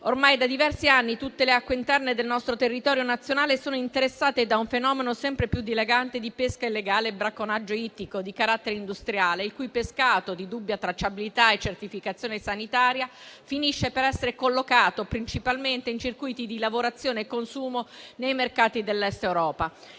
Ormai da diversi anni, tutte le acque interne del nostro territorio nazionale sono interessate da un fenomeno sempre più dilagante di pesca illegale e bracconaggio ittico di carattere industriale, il cui pescato, di dubbia tracciabilità e certificazione sanitaria, finisce per essere collocato principalmente in circuiti di lavorazione e consumo nei mercati dell'Est Europa.